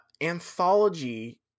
anthology